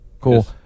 Cool